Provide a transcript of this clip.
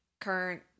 current